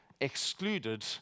excluded